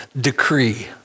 decree